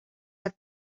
have